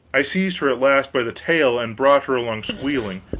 i seized her at last by the tail, and brought her along squealing.